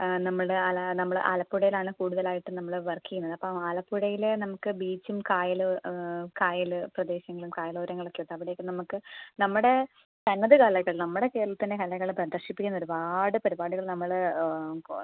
നമ്മുടെ ആ ആലപ്പുഴയിൽ ആണ് കൂടുതലായിട്ടും നമ്മള് വർക്ക് ചെയ്യുന്നത് അപ്പോൾ ആലപ്പുഴയിലെ നമുക്ക് ബീച്ചും കായലും കായല് പ്രദേശങ്ങളും കായലോരങ്ങളൊക്കെ ഉണ്ട് അവിടെയൊക്കെ നമുക്ക് നമ്മുടെ തനത് കലകൾ നമ്മുടെ കേരളത്തിന്റെ കലകൾ പ്രദർശിപ്പിക്കാൻ ഒരുപാട് പരിപാടികൾ നമ്മള്